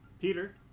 Peter